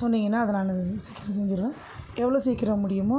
சொன்னிங்கன்னால் அதை நான் சீக்கிரம் செஞ்சுருவேன் எவ்வளோ சீக்கிரம் முடியுமோ